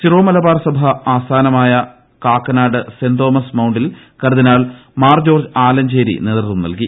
Syro Malabar സഭ ആസ്ഥാനമായ Kakkanad saint Thomas മൌണ്ടിൽ കർദിനാൾ മാർ ജോർജ് ആലഞ്ചേരി നേതൃത്വം നൽകി